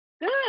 Good